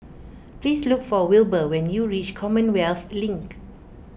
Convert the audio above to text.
please look for Wilber when you reach Commonwealth Link